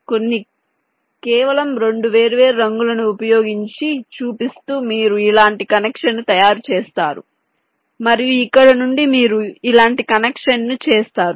కొన్ని కేవలం రెండు వేర్వేరు రంగులను ఉపయోగించి చూపిస్తూ మీరు ఇలాంటి కనెక్షన్ని తయారు చేస్తారు మరియు ఇక్కడ నుండి మీరు ఇలాంటి కనెక్షన్ను చేస్తారు